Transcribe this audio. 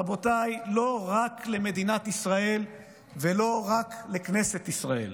רבותיי, לא רק למדינת ישראל ולא רק לכנסת ישראל,